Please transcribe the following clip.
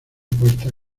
puerta